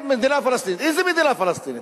מדינה פלסטינית, איזו מדינה פלסטינית?